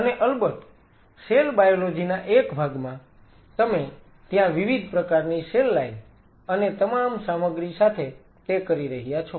અને અલબત્ત cell biology ના એક ભાગમાં તમે ત્યાં વિવિધ પ્રકારની સેલ લાઈન અને તમામ સામગ્રી સાથે તે કરી રહ્યા છો